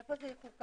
אני פותח הישיבה.